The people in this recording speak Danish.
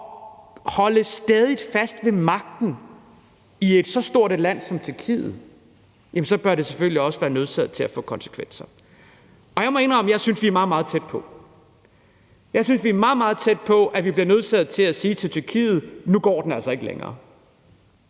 holde stædigt fast i magten i så stort et land som Tyrkiet, så bør det selvfølgelig også få konsekvenser. Kl. 11:45 Jeg må indrømme, at jeg synes, vi er meget, meget tæt på. Jeg synes, det er meget, meget tæt på, at vi er nødsaget til at sige til Tyrkiet: Nu går den altså ikke længere.